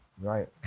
right